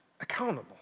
accountable